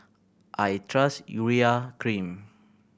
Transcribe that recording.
I trust Urea Cream